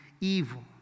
evil